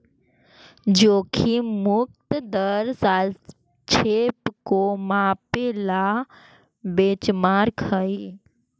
जोखिम मुक्त दर सापेक्ष को मापे ला बेंचमार्क हई